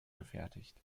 gefertigt